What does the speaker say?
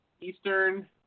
Eastern